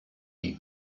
ich